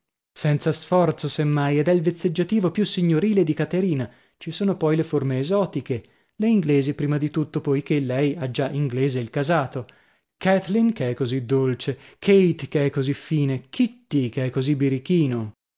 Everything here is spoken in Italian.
senza sforzo se mai ed è il vezzeggiativo più signorile di caterina ci sono poi le forme esotiche le inglesi prima di tutto poichè lei ha già inglese il casato kathleen che è così dolce kate che è così fine kitty che è così birichino